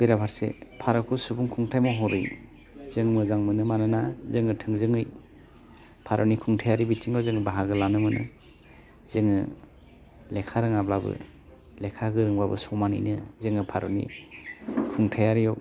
बेराफारसे भारतखौ सुबुं खुंथाय महरै जों मोजां मोनो मानोना जोङो थोंजोङै भारतनि खुंथाइयारि बिथिङाव जों बाहागो लानो मोनो जोङो लेखा रोङाब्लाबो लेखा गोरोंबाबो समानैनो जोङो भारतनि खुंथाइयारियाव